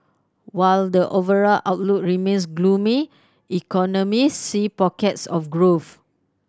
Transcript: while the overall outlook remains gloomy economists see pockets of growth